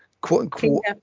quote-unquote